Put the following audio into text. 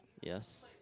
Yes